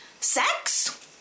sex